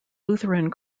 lutheran